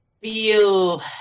Feel